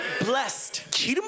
blessed